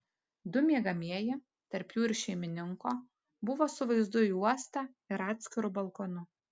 du miegamieji tarp jų ir šeimininko buvo su vaizdu į uostą ir atskiru balkonu